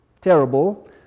terrible